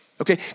okay